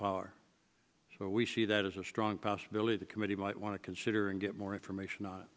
power so we see that as a strong possibility the committee might want to consider and get more information